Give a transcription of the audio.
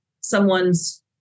someone's